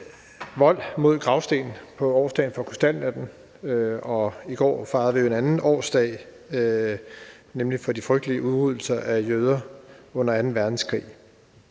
på gravsten på årsdagen for krystalnatten. Og i går havde vi jo en anden årsdag, nemlig mindedagen for de frygtelige udryddelser af jøder under anden verdenskrig.